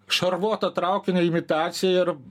šarvuotą traukinio imitaciją ir